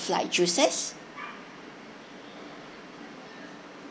like juices